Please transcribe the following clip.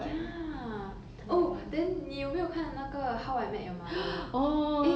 eh eh ya I can't believe 我 I forgot to mention that eh that's like 我的最爱